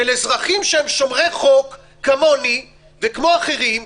ברגע שמעמידים בפני אזרחים שומרי חוק כמוני וכמו אחרים,